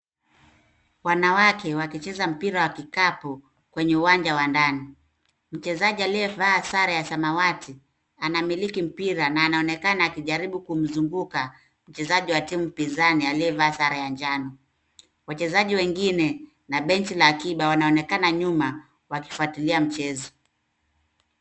Wanawake wakicheza mpira wa kikapu kwenye uwanja wa ndani. Mchezaji aliyevaa sare ya samawati anamiliki mpira na anaonekana akijaribu kumzunguka mchezaji wa timu pinzani aliyevaa sare ya njano. Wachezaji wengine na benchi la akiba wanaonekana nyuma wakifuatilia mchezo.